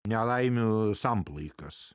nelaimių samplaikas